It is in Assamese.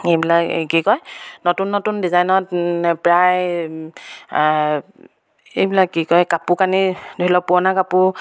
এইবিলাক কি কয় নতুন নতুন ডিজাইনত প্ৰায় এইবিলাক কি কয় কাপোৰ কানি ধৰি লওক পুৰণা কাপোৰ